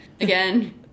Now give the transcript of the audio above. Again